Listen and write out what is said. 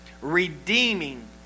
redeeming